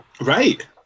Right